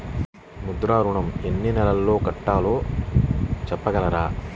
ముద్ర ఋణం ఎన్ని నెలల్లో కట్టలో చెప్పగలరా?